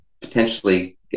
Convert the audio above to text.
potentially